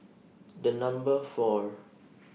The Number four